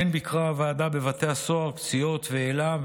וכן ביקרה הוועדה בבתי הסוהר קציעות ואלה,